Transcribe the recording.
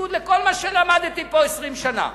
בניגוד לכל מה שלמדתי פה 20 שנה,